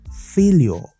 failure